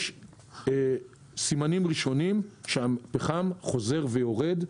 יש סימנים ראשונים לכך שהפחם חוזר ויורד,